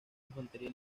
infantería